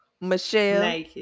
Michelle